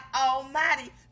Almighty